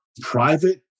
private